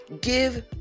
Give